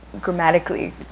grammatically